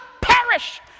perish